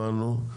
הבנו.